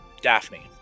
Daphne